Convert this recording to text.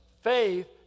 faith